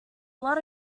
lot